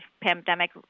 pandemic